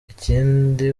ikindi